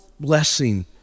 blessing